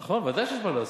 נכון, בוודאי שיש מה לעשות.